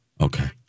Okay